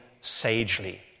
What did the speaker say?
sagely